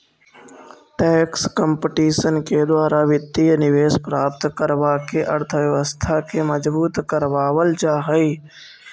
tax competition के द्वारा वित्तीय निवेश प्राप्त करवा के अर्थव्यवस्था के मजबूत करवा वल जा हई